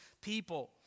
people